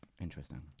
Interesting